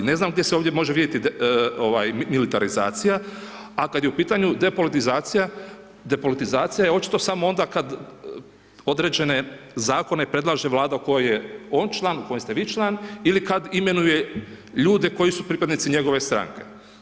Ne znam gdje se ovdje može vidjeti militarizacija, ali kada je u pitanju depolitizacija, depolitizacija je očito samo onda kada određene zakone predlaže vlada u kojoj je on član, u kojoj ste vi član ili kada imenuje ljude koji su pripadnici njegove stranke.